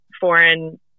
foreign